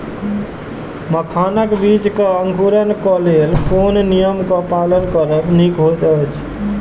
मखानक बीज़ क अंकुरन क लेल कोन नियम क पालन करब निक होयत अछि?